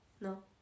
no